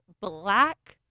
black